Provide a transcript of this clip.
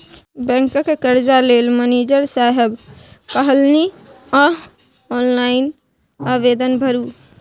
बैंकक कर्जा लेल मनिजर साहेब कहलनि अहॅँ ऑनलाइन आवेदन भरू